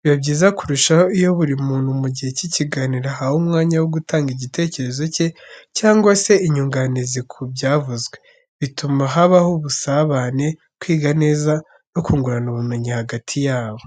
Biba byiza kurushaho iyo buri muntu mu gihe cy'ikiganiro ahawe umwanya wo gutanga igitekerezo cye cyangwa se inyunganizi ku byavuzwe, bituma habaho ubusabane, kwiga neza, no kungurana ubumenyi hagati yabo.